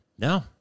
No